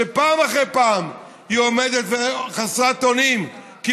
שפעם אחר פעם היא עומדת חסרת אונים כי